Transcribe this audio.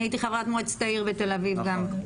אני הייתי חברת מועצת העיר בתל אביב גם.